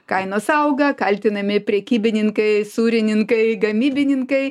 kainos auga kaltinami prekybininkai sūrininkai gamybininkai